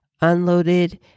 unloaded